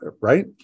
right